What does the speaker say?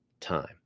time